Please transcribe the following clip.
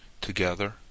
together